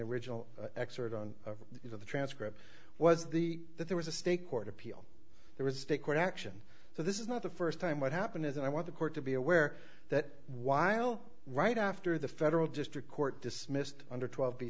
on of the transcript was the that there was a state court appeal there was a court action so this is not the first time what happened is and i want the court to be aware that while right after the federal district court dismissed under twelve